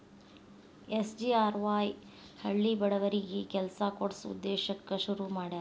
SGRY ಹಳ್ಳಿ ಬಡವರಿಗಿ ಕೆಲ್ಸ ಕೊಡ್ಸ ಉದ್ದೇಶಕ್ಕ ಶುರು ಮಾಡ್ಯಾರ